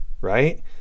right